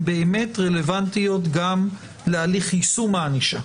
באמת רלוונטיות גם להליך יישום הענישה.